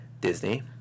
Disney